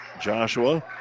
Joshua